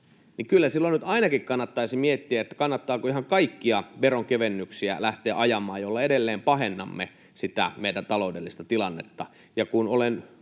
Kyllä silloin nyt ainakin kannattaisi miettiä, kannattaako ihan kaikkia veronkevennyksiä lähteä ajamaan, joilla edelleen pahennamme sitä meidän taloudellista tilannetta.